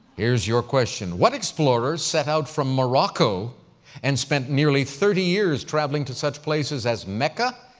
here's your question. what explorer set out from morocco and spent nearly thirty years traveling to such places as mecca,